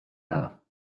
her